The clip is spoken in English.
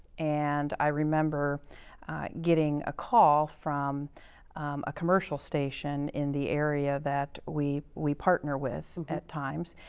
and i remember getting a call from a commercial station in the area that we we partner with at times.